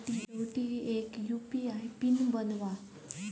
शेवटी एक UPI PIN बनवा